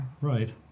right